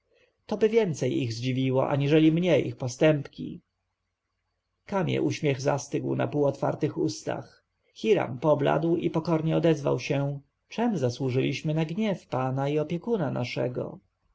powróz toby więcej ich zdziwiło aniżeli mnie ich postępki kamie uśmiech zastygł na półotwartych ustach hiram pobladł i pokornie odezwał się czem zasłużyliśmy na gniew pana i opiekuna naszego